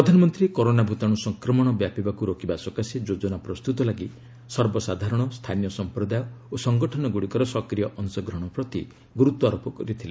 ପ୍ରଧାନମନ୍ତ୍ରୀ କରୋନା ଭୂତାଣୁ ସଂକ୍ରମଣ ବ୍ୟାପିବାକୁ ରୋକିବା ସକାଶେ ଯୋଜନା ପ୍ରସ୍ତୁତ ଲାଗି ସର୍ବସାଧାରଣ ସ୍ଥାନୀୟ ସଂପ୍ରଦାୟ ଓ ସଂଗଠନଗୁଡ଼ିକର ସକ୍ରିୟ ଅଂଶଗ୍ରହଣ ପ୍ରତି ଗୁରୁତ୍ୱାରୋପ କରିଥିଲେ